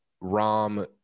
Rom